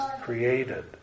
created